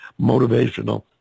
motivational